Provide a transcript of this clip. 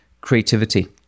creativity